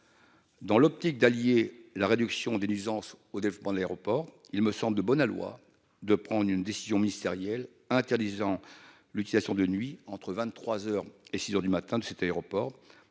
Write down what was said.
Dans l'optique d'allier la réduction des nuisances au développement de l'aéroport, il me semble de bon aloi de prendre une décision ministérielle interdisant l'utilisation de nuit, entre vingt-trois heures et